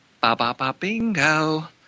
Ba-ba-ba-bingo